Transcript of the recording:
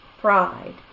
pride